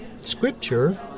scripture